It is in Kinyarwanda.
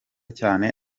cyane